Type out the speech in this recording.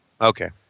Okay